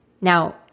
Now